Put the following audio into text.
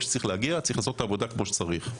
שצריכים לעשות את העבודה כמו שצריך.